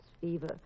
fever